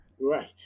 Right